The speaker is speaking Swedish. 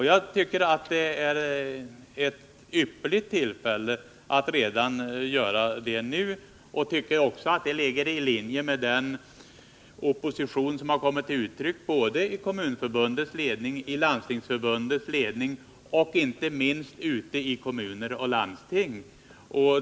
Jag tycker alltså att detta är ett ypperligt tillfälle att informera regeringen. Det ligger också i linje med den opposition som har kommit till uttryck både i Kommunförbundets och i Landstingsförbundets ledning samt inte minst ute i kommuner och landsting.